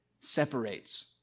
separates